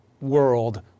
world